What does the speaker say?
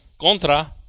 contra